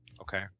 Okay